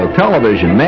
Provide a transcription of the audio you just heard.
television